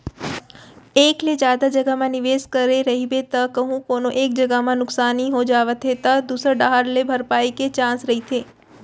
एक ले जादा जघा म निवेस करे रहिबे त कहूँ कोनो एक जगा म नुकसानी हो जावत हे त दूसर डाहर ले भरपाई के चांस रहिथे